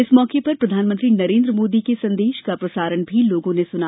इस मौके पर प्रधानमंत्री नरेन्द्र मोदी के संदेश का प्रसारण भी लोगों ने सुना